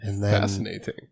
Fascinating